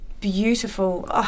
beautiful